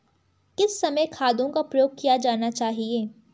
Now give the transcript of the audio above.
किस समय खादों का प्रयोग किया जाना चाहिए?